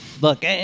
Look